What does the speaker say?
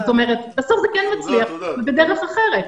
זאת אומרת בסוף זה כן מצליח ובדרך אחרת.